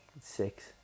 six